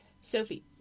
Sophie